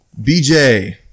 BJ